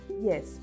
yes